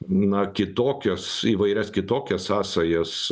na kitokias įvairias kitokias sąsajas